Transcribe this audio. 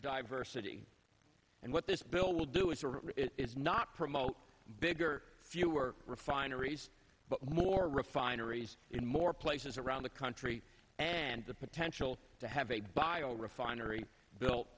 diversity and what this bill will do is it's not promote big or fewer refineries but more refineries in more places around the country and the potential to have a bio refinery built